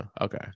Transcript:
okay